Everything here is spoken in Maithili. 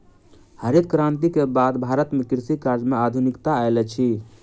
हरित क्रांति के बाद भारत में कृषि कार्य में आधुनिकता आयल अछि